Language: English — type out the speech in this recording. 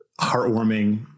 heartwarming